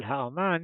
של האמן